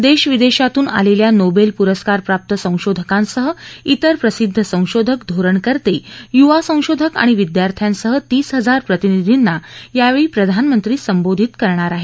देशविदेशातून आलेल्या नोबेल पुरस्कारप्राप्त संशोधकांसह त्वेर प्रसिद्ध संशोधक धोरणकते युवा संशोधक आणि विद्यार्थ्यांसह तीस हजार प्रतिनिधींना यावेळी प्रधानमंत्री संबोधित करणार आहेत